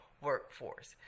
workforce